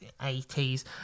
80s